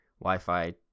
Wi-Fi